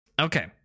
Okay